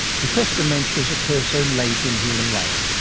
because dementias occur so late in human life,